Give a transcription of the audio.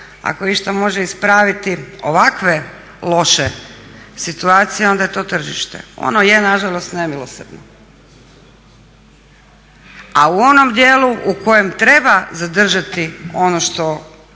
Ako išta može ispraviti ovakve loše situacije onda je tržište, ono je nažalost nemilosrdno. A u onom dijelu u kojem treba zadržati ono što